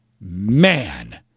man